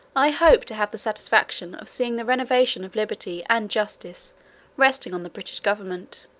i hope to have the satisfaction of seeing the renovation of liberty and justice resting on the british government,